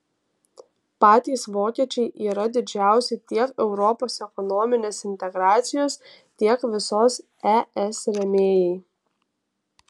patys vokiečiai yra didžiausi tiek europos ekonominės integracijos tiek visos es rėmėjai